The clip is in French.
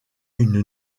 une